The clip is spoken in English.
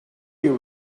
you